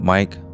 Mike